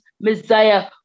Messiah